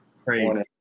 crazy